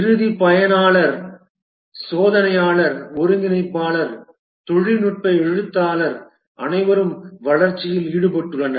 இறுதி பயனர் சோதனையாளர் ஒருங்கிணைப்பாளர் தொழில்நுட்ப எழுத்தாளர் அனைவரும் வளர்ச்சியில் ஈடுபட்டுள்ளனர்